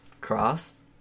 Cross